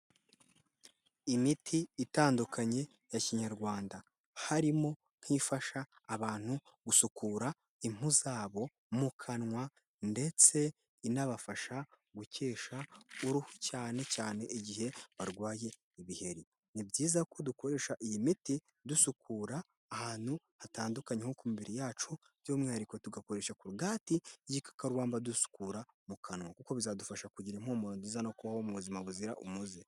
Imiti itandukanye ya kinyarwanda harimo nk'ifasha abantu gusukura impu zabo mu kanwa ndetse inabafasha gukesha uruhu cyane cyane igihe barwaye ibiheri , ni byiza ko dukoresha iyi miti dusukura ahantu hatandukanye nko kumibiri yacu by'umwihariko tugakoresha kurogati y'igikakarubamba dusukura mu kanwa kuko bizadufasha kugira impumuro nziza no kubaho mu buzima buzira umuze.